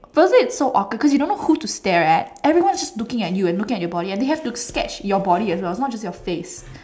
firstly it's so awkward because you don't know who to stare at everyone is just looking at you and looking at your body and they have to sketch your body as well not it's just your face